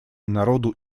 народу